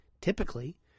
Typically